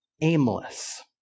Aimless